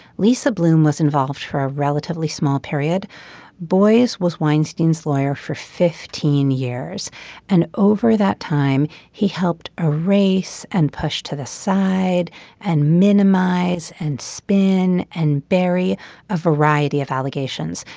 lisa bloom was involved for a relatively small period boies was weinstein's lawyer for fifteen years and over that time he helped a race and pushed to the side and minimize and spin and bury a variety of allegations.